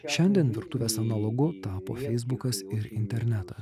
šiandien virtuvės analogu tapo feisbukas ir internetas